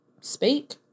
speak